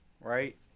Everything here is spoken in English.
right